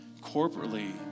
corporately